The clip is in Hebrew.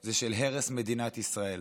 היא של הרס מדינת ישראל,